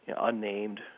unnamed